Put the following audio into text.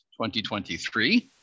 2023